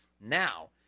Now